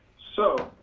so,